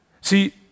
See